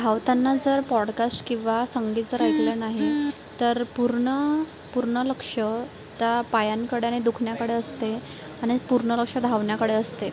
धावताना जर पॉडकास्ट किंवा संगीत जर ऐकलं नाही तर पूर्ण पूर्ण लक्ष त्या पायांकडे अणि दुखण्याकडे असते आणि पूर्ण लक्ष धावण्याकडे असते